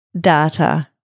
data